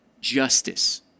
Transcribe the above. justice